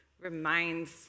reminds